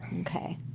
Okay